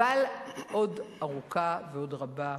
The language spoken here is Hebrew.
אבל עוד ארוכה ועוד רבה הדרך.